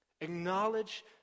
Acknowledge